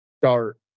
start